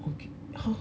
okay !huh!